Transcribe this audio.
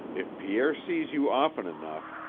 if pierre sees you often enough,